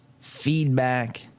feedback